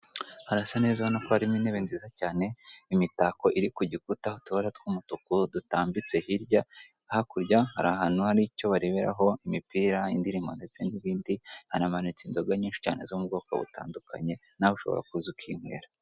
Harasa neza ubonako harimo intebe nziza cyane, imitako iri kugikuta, utubara tw'umutuku dutambitse hirya, hakurya hari ahantu hari icyo bareberaho imipira, indirimbo ndetse n'ibindi, hanamanitse inzoga nyinshi cyane zo mubwoko butandukanye, nawe ushobora kuza ukinywera.